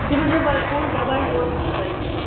جی مجھے Whirlpool double door ٹو چاہیے